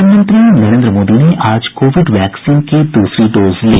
प्रधानमंत्री नरेन्द्र मोदी ने आज कोविड वैक्सीन की दूसरी डोज ली